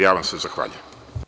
Ja vam se zahvaljujem.